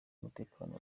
umutekano